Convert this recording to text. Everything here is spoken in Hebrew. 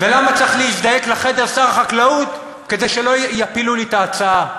ולמה צריך להזדעק לחדר שר החקלאות כדי שלא יפילו לי את ההצעה?